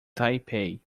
taipei